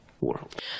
world